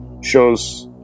shows